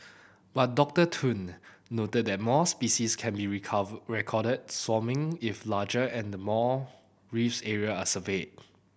but Doctor Tun noted that more species can be recover recorded if larger and more reef areas are surveyed